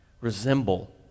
resemble